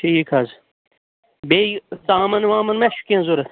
ٹھیٖک حظ بیٚیہِ ژامَن وامَن مہ چھُ کینٛہہ ضوٚرَتھ